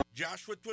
Joshua